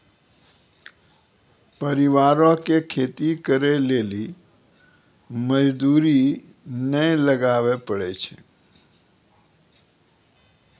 परिवारो के खेती करे लेली मजदूरी नै लगाबै पड़ै छै